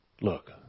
Look